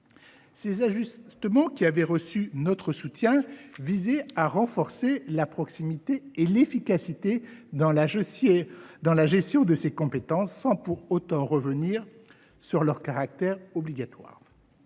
Ces ajustements, qui avaient reçu notre soutien, visaient à renforcer la proximité et l’efficacité de la gestion de ces compétences, sans pour autant revenir sur leur caractère obligatoire.